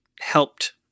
helped